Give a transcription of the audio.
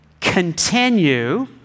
continue